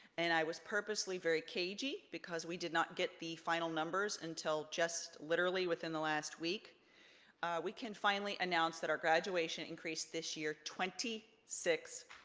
and i was purposely very cagey, because we did not get the final numbers until just literally within the last week we can finally announce that our graduation increased this year twenty six.